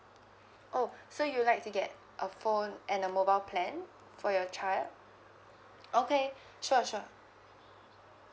oh so you'd like to get a phone and a mobile plan for your child okay sure sure